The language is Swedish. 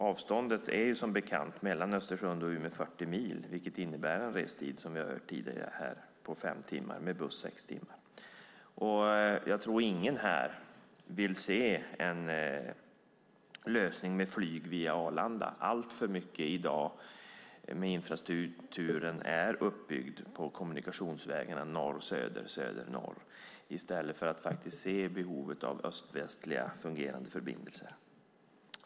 Avståndet mellan Östersund och Umeå är som bekant 40 mil, vilket innebär en restid, som vi har hört tidigare här, på fem timmar, med buss sex timmar. Jag tror att ingen här vill se en lösning med flyg via Arlanda. Alltför mycket infrastruktur är i dag uppbyggd på kommunikationsvägarna norr-söder och söder-norr i stället för att se behovet av öst-västliga fungerande förbindelser.